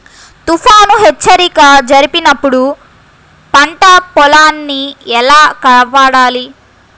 తుఫాను హెచ్చరిక జరిపినప్పుడు పంట పొలాన్ని ఎలా కాపాడాలి?